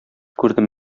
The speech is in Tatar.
күрдем